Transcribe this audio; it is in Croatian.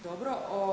Dobro.